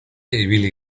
ibili